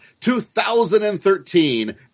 2013